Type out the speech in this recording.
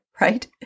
right